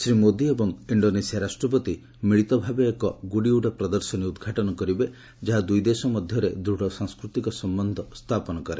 ଶ୍ରୀ ମୋଦି ଏବଂ ଇଣ୍ଡୋନେସିଆ ରାଷ୍ଟ୍ରପତି ମିଳିତ ଭାବେ ଏକ ଗୁଡ଼ିଉଡ଼ା ପ୍ରଦର୍ଶନୀ ଉଦ୍ଘାଟନ କରିବେ ଯାହା ଦୁଇଦେଶ ମଧ୍ୟରେ ଦୂଢ଼ ସାଂସ୍କୃତିକ ସମ୍ବନ୍ଧ ସ୍ଥାପନ କରେ